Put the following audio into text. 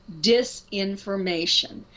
disinformation